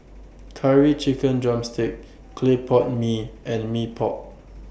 Curry Chicken Drumstick Clay Pot Mee and Mee Pok